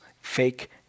fake